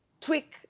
tweak